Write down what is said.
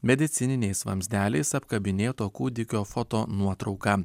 medicininiais vamzdeliais apkabinėto kūdikio foto nuotrauka